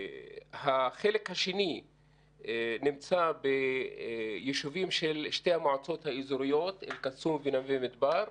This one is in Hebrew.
החלק השני נמצא ביישובים של שתי המועצות האזוריות אל קסום ונווה מדבר.